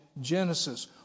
Genesis